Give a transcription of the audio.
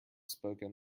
spoken